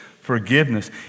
forgiveness